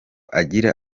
agira